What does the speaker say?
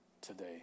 today